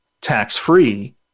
tax-free